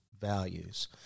values